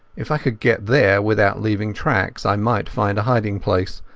if i could get there without leaving tracks i might find a hiding-place,